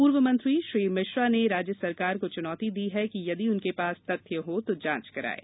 पूर्व मंत्री श्री मिश्रा ने राज्य सरकार को चुनौती दी कि यदि की उनके पास तथ्य हों तो जांच कराएँ